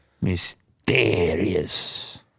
Mysterious